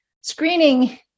screening